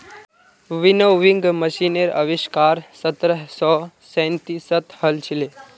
winnowing मशीनेर आविष्कार सत्रह सौ सैंतीसत हल छिले